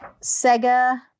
sega